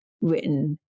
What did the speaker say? written